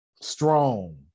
strong